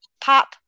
pop